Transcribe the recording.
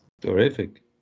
Terrific